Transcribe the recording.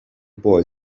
boy